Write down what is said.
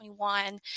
21